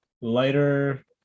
lighter